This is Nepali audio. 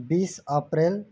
बिस अप्रेल